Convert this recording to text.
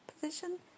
position